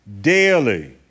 daily